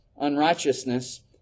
unrighteousness